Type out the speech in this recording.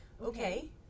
okay